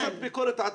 כדאי גם ביקורת עצמית.